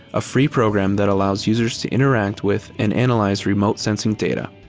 a free program that allows users to interactive with and analyze remote sensing data.